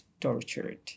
tortured